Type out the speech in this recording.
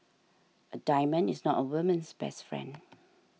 a diamond is not a woman's best friend